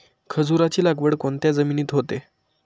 खजूराची लागवड कोणत्या जमिनीत होते?